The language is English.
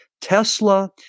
Tesla